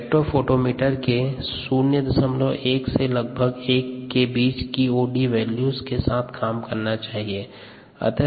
spectrophotometer के 01 से लगभग 10 के बीच की ओडी मान के साथ काम करना चाहिए